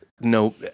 no